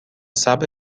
صبر